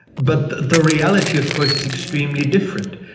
but the reality of course is extremely different.